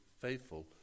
faithful